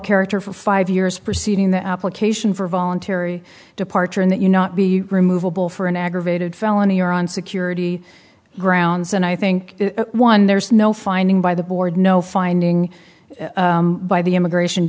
character for five years preceding the application for voluntary departure and that you not be removable for an aggravated felony or on security grounds and i think one there's no finding by the board no finding by the immigration